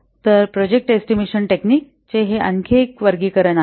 तर प्रोजेक्ट एस्टिमेशना टेक्निक चे हे आणखी एक वर्गीकरण आहे